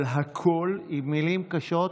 אבל הכול, עם מילים קשות,